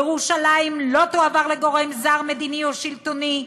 ירושלים לא תועבר לגורם זר, מדיני או שלטוני,